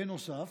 בנוסף,